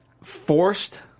forced